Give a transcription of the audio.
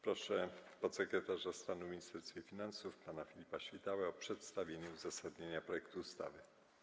Proszę podsekretarza stanu w Ministerstwie Finansów pana Filipa Świtałę o przedstawienie uzasadnienia projektu ustawy.